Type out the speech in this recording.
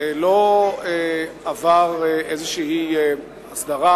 לא עבר איזו הסדרה,